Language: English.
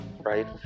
right